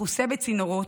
מכוסה בצינורות,